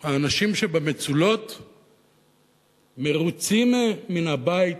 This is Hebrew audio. האנשים שבמצולות מרוצים מן הבית